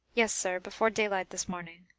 yes, sir, before daylight this morning.